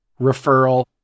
referral